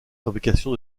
fabrication